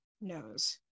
knows